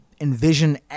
envision